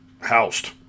housed